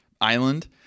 island